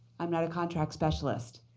i'm not a contract specialist.